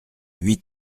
huit